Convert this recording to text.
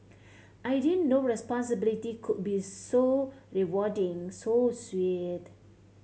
I didn't know responsibility could be so rewarding so sweet